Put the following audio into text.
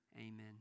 Amen